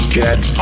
get